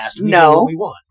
No